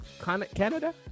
Canada